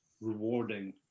rewarding